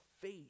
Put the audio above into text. faith